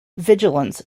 vigilance